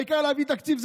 העיקר להביא תקציב.